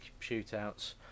shootouts